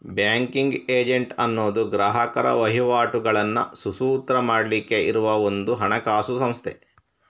banking agent ಅನ್ನುದು ಗ್ರಾಹಕರ ವಹಿವಾಟುಗಳನ್ನ ಸುಸೂತ್ರ ಮಾಡ್ಲಿಕ್ಕೆ ಇರುವ ಒಂದು ಹಣಕಾಸು ಸಂಸ್ಥೆ